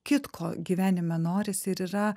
kitko gyvenime norisi ir yra